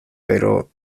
pero